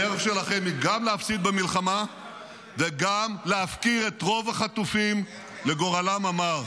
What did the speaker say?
הדרך שלכם היא גם להפסיד במלחמה וגם להפקיר את רוב החטופים לגורלם המר.